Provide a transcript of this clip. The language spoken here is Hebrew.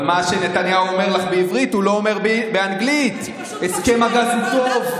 אבל מה שנתניהו אומר לך בעברית הוא לא אומר באנגלית: הסכם הגז הוא טוב.